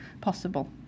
possible